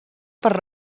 per